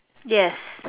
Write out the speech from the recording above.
yes